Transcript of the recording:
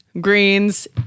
greens